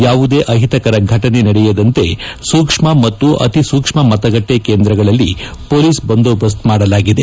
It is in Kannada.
ಯಾವುದೇ ಅಹಿತಕರ ಫಟನೆ ನಡೆಯದಂತೆ ಸೂಕ್ಷ್ಮ ಮತ್ತು ಅತೀ ಸೂಕ್ಷ್ಮ ಮತಗಟ್ಟಿ ಕೇಂದ್ರಗಳಲ್ಲಿ ಪೋಲಿಸ್ ಬಂದೋಬಸ್ತು ಮಾಡಲಾಗಿದೆ